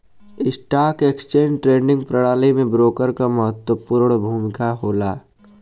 stock exchange के trading प्रणाली में ब्रोकर क महत्वपूर्ण भूमिका होला